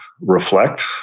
reflect